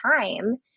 time